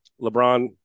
LeBron